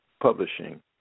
publishing